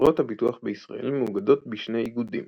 חברות הביטוח בישראל מאוגדות בשני איגודים